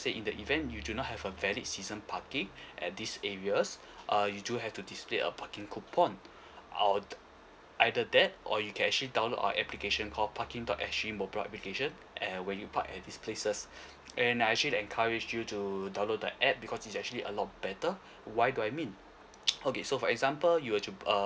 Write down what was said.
say in the event you do not have a valid season parking at this areas uh you do have to display a parking coupon or either that or you can actually download our application called parking dot S_G mobile application and where you park at these places and I actually encourage you to download the app because it's actually a lot better why do I mean okay so for example you were to